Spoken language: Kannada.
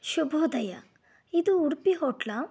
ಶುಭೋದಯ ಇದು ಉಡುಪಿ ಹೋಟ್ಲಾ